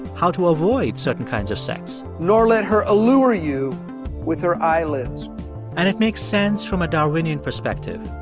how to avoid certain kinds of sex. nor let her allure you with her eyelids and it makes sense from a darwinian perspective.